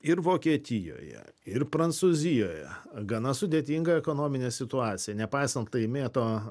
ir vokietijoje ir prancūzijoje gana sudėtinga ekonominė situacija nepaisant laimėto